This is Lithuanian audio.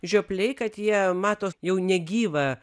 žiopliai kad jie mato jau negyvą